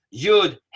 Yud